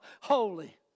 holy